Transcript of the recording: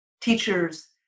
teachers